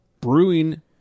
brewing